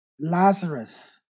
Lazarus